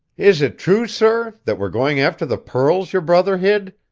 is it true, sir, that we're going after the pearls your brother hid?